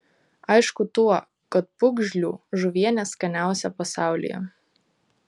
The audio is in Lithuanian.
aišku tuo kad pūgžlių žuvienė skaniausia pasaulyje